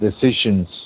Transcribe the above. decisions